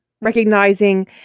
recognizing